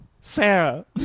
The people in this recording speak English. Sarah